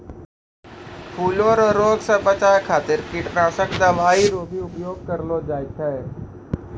फूलो रो रोग से बचाय खातीर कीटनाशक दवाई रो भी उपयोग करलो जाय छै